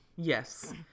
Yes